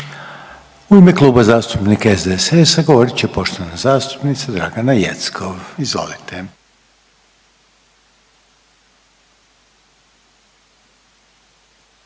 U ime Kluba zastupnika SDSS-a govorit će poštovana zastupnica Dragana Jeckov. Izvolite.